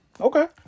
Okay